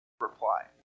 reply